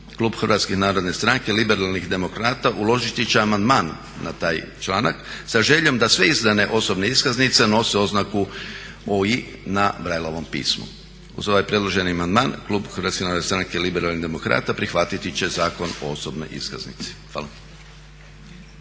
Klub HNS-a, Liberalnih demokrata uložiti će amandman na taj članak sa željom da sve izdane osobne iskaznice nose oznaku OI na brailleovom pismu. Uz ovaj predloženi amandman Klub HNS-a, Liberalnih demokrata prihvatiti će Zakon o osobnoj iskaznici. Hvala.